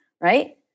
right